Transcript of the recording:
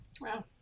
Wow